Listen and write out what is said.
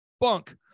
Bunk